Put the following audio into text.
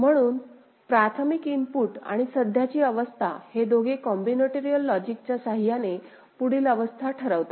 म्हणून प्राथमिक इनपुट आणि सध्याची अवस्था हे दोघे कॉम्बिनेटोरिअल लॉजिकच्या सहाय्याने पुढील अवस्था ठरवतात